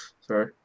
Sorry